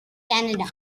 canada